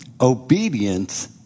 Obedience